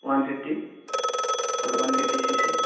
one fifty হয় one fifty C C